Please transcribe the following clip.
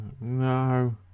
No